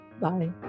Bye